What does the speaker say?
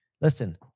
Listen